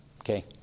Okay